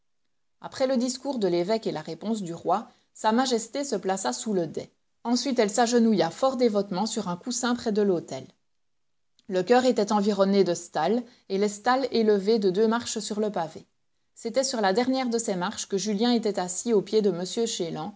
après le discours de l'évêque et la réponse du roi sa majesté se plaça sous le dais ensuite elle s'agenouilla fort dévotement sur un coussin près de l'autel le choeur était environné de stalles et les stalles élevées de deux marches sur le pavé c'était sur la dernière de ces marches que julien était assis aux pieds de